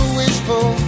wishful